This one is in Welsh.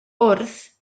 wrth